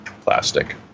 plastic